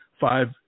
five